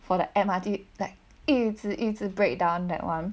for the M_R_T like 一直一直 breakdown that [one]